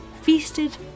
feasted